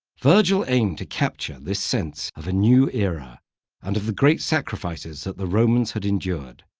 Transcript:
virgil aimed to capture this sense of a new era and of the great sacrifices that the romans had endured.